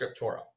Scriptura